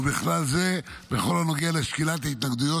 ובכלל זה בכל הנוגע לשקילת ההתנגדויות